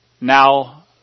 now